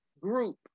group